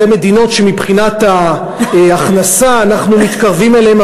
אלה מדינות שמבחינת ההכנסה אנחנו מתקרבים אליהן,